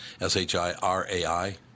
S-H-I-R-A-I